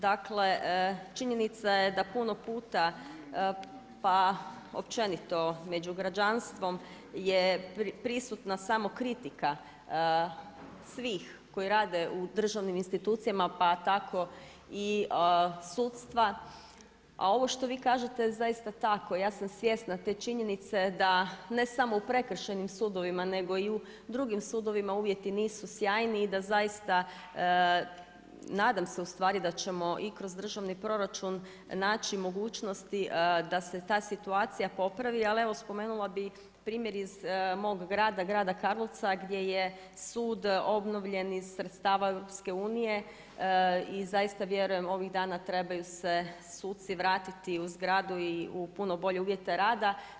Dakle činjenica je da puno puta, pa općenito među građanstvom je prisutna samo kritika svih koji rade u državnim institucijama pa tako i sudstva, a ovo što vi kažete je zaista tako, ja sam svjesna te činjenice da ne samo u prekršajnim sudovima, nego i u drugim sudovima uvjeti nisu sjajni i da zaista, nadam se ustvari da ćemo i kroz državni proračun naći mogućnosti da se ta situacija popravi, ali evo spomenula bi primjer iz mog grada, grada Karlovca gdje je sud obnovljen iz sredstva EU, i zaista vjerujem, ovih dana trebaju se suci vratiti u zgradu i u puno bolje uvjete rada.